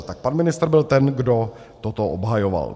Tak pan ministr byl ten, kdo toto obhajoval.